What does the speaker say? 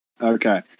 Okay